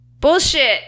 bullshit